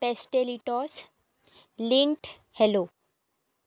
pastelitos लिंट hello